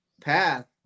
path